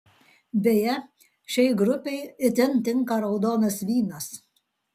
beje šiai grupei itin tinka raudonas vynas